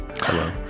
Hello